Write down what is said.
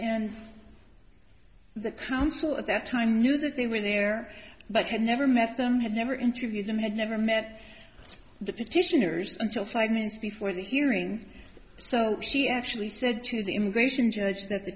and the counsel at that time knew that they were there but had never met them had never interviewed them had never met the petitioners until five minutes before the hearing so she actually said to the immigration judge that the